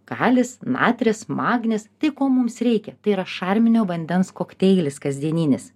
kalis natris magnis tai ko mums reikia tai yra šarminio vandens kokteilis kasdieninis